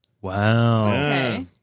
Wow